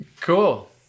cool